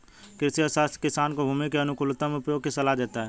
कृषि अर्थशास्त्र किसान को भूमि के अनुकूलतम उपयोग की सलाह देता है